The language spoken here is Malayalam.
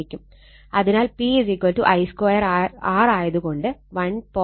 അതിനാൽ P I2 R ആയത് കൊണ്ട് 1